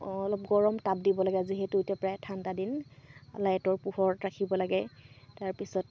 অলপ গৰম তাপ দিব লাগে যিহেতু এতিয়া প্ৰায় ঠাণ্ডা দিন লাইটৰ পোহৰত ৰাখিব লাগে তাৰপিছত